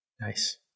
Nice